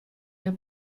der